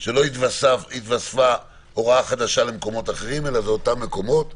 שלא היתוספה הוראה חדשה למקומות אחרים אלא זה אותם מקומות.